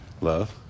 love